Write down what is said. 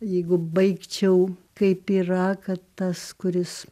jeigu baigčiau kaip yra kad tas kuris